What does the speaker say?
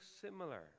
similar